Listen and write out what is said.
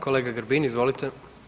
Kolega Grbin, izvolite.